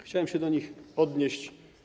Chciałem się do nich odnieść.